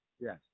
Yes